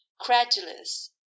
credulous